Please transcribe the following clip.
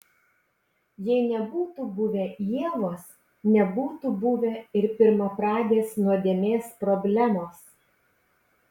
jei nebūtų buvę ievos nebūtų buvę ir pirmapradės nuodėmės problemos